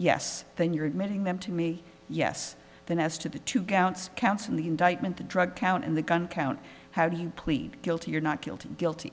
yes then you're admitting them to me yes then as to the two counts counts in the indictment the drug count and the gun count how do you plead guilty or not guilty guilty